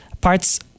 parts